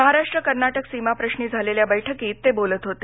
महाराष्ट्र कर्नाटक सीमाप्रश्री झालेल्या बैठकीत ते बोलत होते